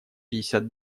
пятьдесят